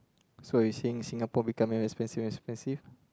so you saying Singapore becoming very expensive expensive